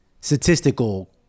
statistical